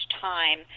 time